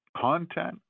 content